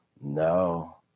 No